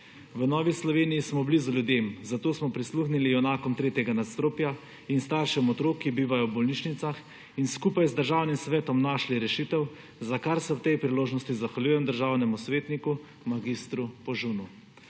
V Novi Sloveniji smo blizu ljudem, zato smo prisluhnili Junakom 3. nadstropja in staršem otrok, ki bivajo v bolnišnicah, in skupaj z Državnim svetom našli rešitev, za kar se ob tej priložnosti zahvaljujem državnemu svetniku mag. Požunu.